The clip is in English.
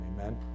amen